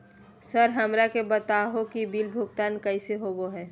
Sir हमरा के बता हो कि बिल भुगतान कैसे होबो है?